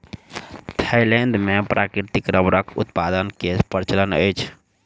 Thailand मे प्राकृतिक रबड़क उत्पादन के प्रचलन अछि